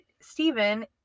Stephen